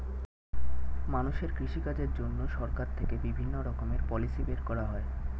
মানুষের কৃষি কাজের জন্য সরকার থেকে বিভিন্ন রকমের পলিসি বের করা হয়